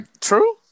true